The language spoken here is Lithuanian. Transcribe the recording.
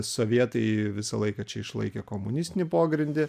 sovietai visą laiką čia išlaikė komunistinį pogrindį